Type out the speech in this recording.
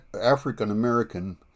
African-American